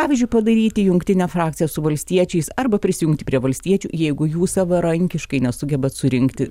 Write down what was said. pavyzdžiui padaryti jungtinę frakciją su valstiečiais arba prisijungti prie valstiečių jeigu jų savarankiškai nesugebat surinkti